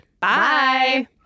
Bye